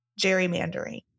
gerrymandering